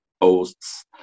posts